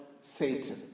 Satan